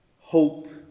Hope